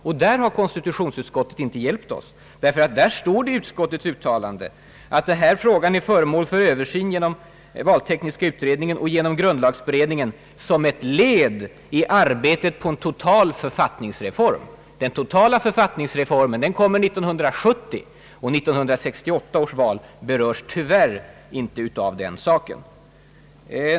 Därvidlag har konstitutionsutskottet inte hjälpt oss, ty det står i utskottets utlåtande att frågan är föremål för översyn genom valtekniska utredningen och genom grundlagberedningen »som ett led i arbetet på en total författningsreform». Författningsreformen kommer 1970, och 1968 års val berörs tyvärr inte av den saken.